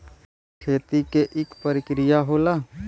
खेती के इक परिकिरिया होला